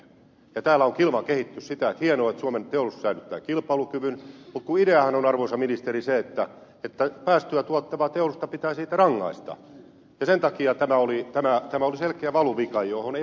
täällä on kilvan kehuttu sitä että hienoa että suomen teollisuus säilyttää kilpailukyvyn mutta ideahan on arvoisa ministeri se että päästöä tuottavaa teollisuutta pitää siitä rangaista ja sen takia tämä oli selkeä valuvika johon ei olisi nyt tässä vaiheessa enää pitänyt lähteä